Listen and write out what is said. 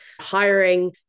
hiring